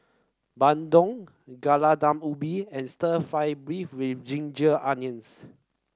Bandung Gulai Daun Ubi and Stir Fried Beef with Ginger Onions